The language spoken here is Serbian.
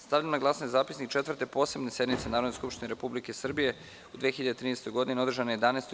Stavljam na glasanje Zapisnik Četvrte posebne sednice Narodne skupštine Republike Srbije u 2013. godini, održane 11. jula 2013. godine.